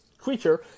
creature